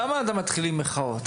למה אתם מתחילים מחאות?